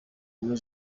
muri